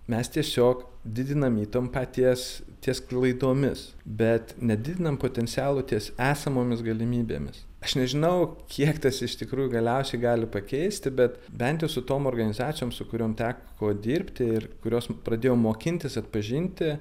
mes tiesiog didinam įtampą ties ties klaidomis bet nedidinam potencialo ties esamomis galimybėmis aš nežinau kiek tas iš tikrųjų galiausiai gali pakeisti bet bent su tom organizacijom su kuriom teko dirbti ir kurios pradėjo mokintis atpažinti